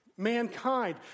mankind